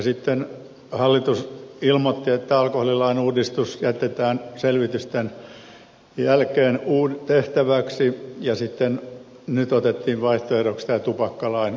sitten hallitus ilmoitti että alkoholilain uudistus jätetään selvitysten jälkeen tehtäväksi ja nyt otettiin vaihtoehdoksi tämä tupakkalain uudistaminen